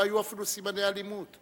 לא היו אפילו סימני אלימות.